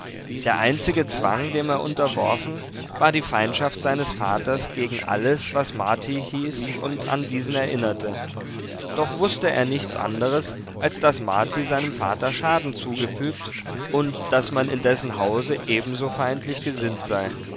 der einzige zwang dem er unterworfen war die feindschaft seines vaters gegen alles was marti hieß und an diesen erinnerte doch wußte er nichts anderes als daß marti seinem vater schaden zugefügt und daß man in dessen hause ebenso feindlich gesinnt sei